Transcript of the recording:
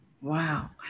Wow